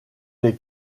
les